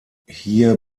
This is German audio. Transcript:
hier